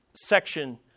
section